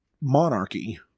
monarchy